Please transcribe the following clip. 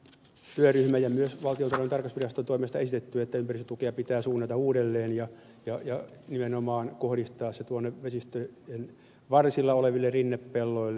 on monenkin työryhmän ja myös valtiontalouden tarkastusviraston toimesta esitetty että ympäristötukea pitää suunnata uudelleen ja nimenomaan kohdistaa se tuonne vesistöjen varsilla oleville rinnepelloille